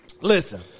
Listen